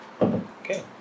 Okay